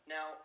Now